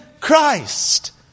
Christ